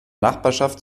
nachbarschaft